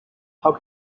how